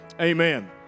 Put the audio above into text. Amen